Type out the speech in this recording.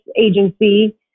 agency